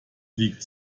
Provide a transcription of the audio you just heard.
liegt